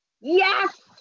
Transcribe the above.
yes